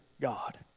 God